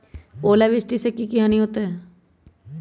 ओलावृष्टि से की की हानि होतै?